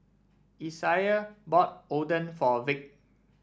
Isaiah bought Oden for Vic